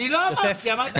אני לא אמרתי, אמרתי